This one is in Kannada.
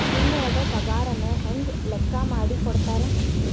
ತಿಂಗಳದ್ ಪಾಗಾರನ ಹೆಂಗ್ ಲೆಕ್ಕಾ ಮಾಡಿ ಕೊಡ್ತಾರಾ